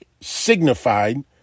signified